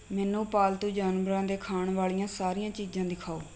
ਮੈਨੂੰ ਪਾਲਤੂ ਜਾਨਵਰਾਂ ਦੇ ਖਾਣ ਵਾਲੀਆਂ ਸਾਰੀਆਂ ਚੀਜ਼ਾਂ ਦਿਖਾਓ